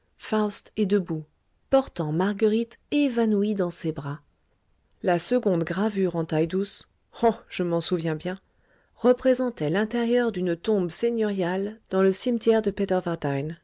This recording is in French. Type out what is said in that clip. faust est debout portant marguerite évanouie dans ses bras la seconde gravure en taille-douce oh je m'en souviens bien représentait l'intérieur d'une tombe seigneuriale dans le cimetière de